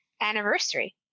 anniversary